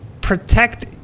protect